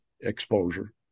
exposure